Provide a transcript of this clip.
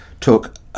took